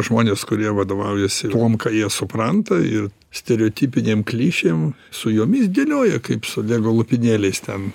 žmonės kurie vadovaujasi tuom ką jie supranta ir stereotipinėm klišėm su jomis dėlioja kaip su lego lopinėliais ten